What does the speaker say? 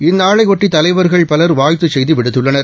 இந்நாளையொட்டி தலைவர்கள் பலர் வாழ்த்துச் செய்தி விடுத்துள்ளனர்